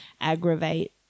aggravate